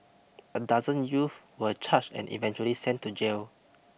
a dozen youth were charged and eventually sent to jail